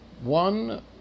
One